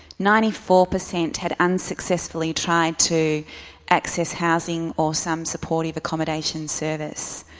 ninety four percent had unsuccessfully tried to access housing or some supportive accommodation service.